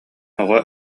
оҕо